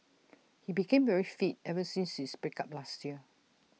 he became very fit ever since his break up last year